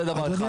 זה דבר אחד.